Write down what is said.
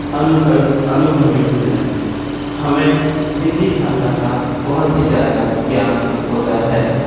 अनुभव अनुभवी होते हैं हमें हिंदी भाषा का बहुत ही ज़्यादा ज्ञान होता है